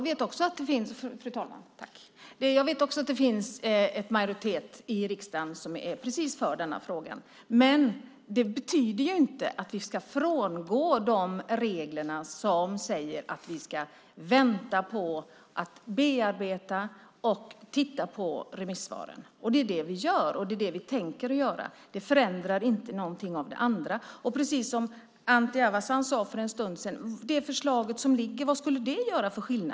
Fru talman! Jag vet också att det finns en majoritet i riksdagen som är för detta. Men det betyder inte att vi ska frångå de regler som säger att vi ska vänta på, bearbeta och titta på remissvaren. Det är det vi gör och tänker göra. Det förändrar inte någonting av det andra. Precis som Anti Avsan sade för en stund sedan: Vad skulle det förslag som ligger göra för skillnad?